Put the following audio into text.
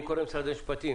אני קורא למשרד המשפטים